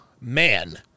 man